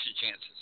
chances